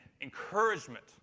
encouragement